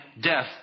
death